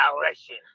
direction